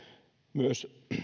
myös